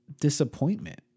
disappointment